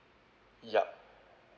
yup